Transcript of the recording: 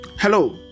Hello